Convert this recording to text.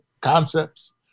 concepts